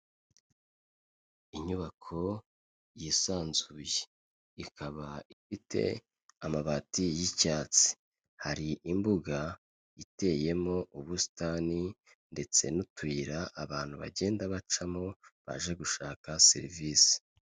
Inyubako yisanzuye, ikaba ifite amabati y'icyatsi, hari imbuga iteyemo ubusitani ndetse n'utuyira abantu bagenda bacamo, baje gushaka serivisi.